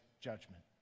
judgment